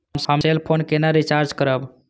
हम cell phone केना recharge करब?